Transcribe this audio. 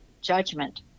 judgment